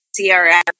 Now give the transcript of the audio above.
CRM